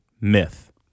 myth